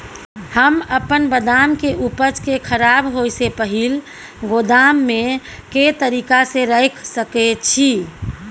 हम अपन बदाम के उपज के खराब होय से पहिल गोदाम में के तरीका से रैख सके छी?